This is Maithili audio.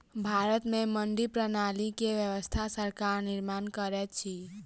भारत में मंडी प्रणाली के व्यवस्था सरकार निर्माण करैत अछि